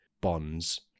Bonds